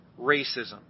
racism